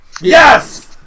Yes